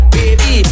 Baby